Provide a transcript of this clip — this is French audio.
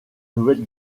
nouvelle